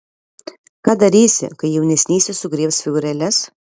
ką darysi kai jaunesnysis sugriebs figūrėles